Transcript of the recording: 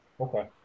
Okay